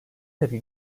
tepki